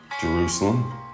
Jerusalem